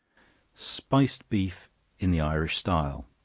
spiced beef in the irish style.